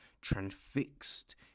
transfixed